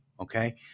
Okay